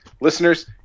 Listeners